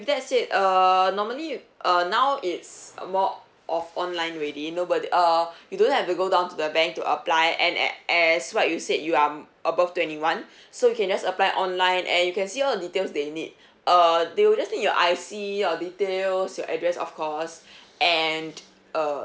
that said err normally you uh now it's uh more of online already nobody uh you don't have to go down to the bank to apply and and as what you said you are above twenty one so you can just apply online and you can see all the details they need err they will just need your I_C your details your address of course and uh